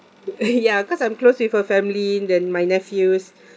ya cause I'm close with her family and then my nephews